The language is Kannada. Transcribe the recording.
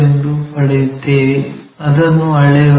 ಎಂದು ಪಡೆಯುತ್ತೇವೆ ಅದನ್ನು ಅಳೆಯೋಣ